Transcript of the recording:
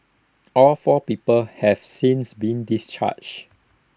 all four people have since been discharged